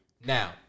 Now